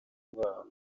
rwabo